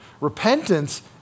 repentance